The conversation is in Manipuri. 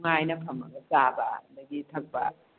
ꯅꯨꯡꯉꯥꯏꯅ ꯐꯝꯃꯒ ꯆꯥꯕ ꯑꯗꯒꯤ ꯊꯛꯄ